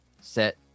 set